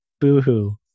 Boo-hoo